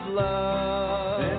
love